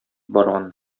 барган